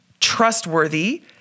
trustworthy